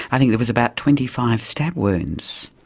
i think it was about twenty five stab wounds.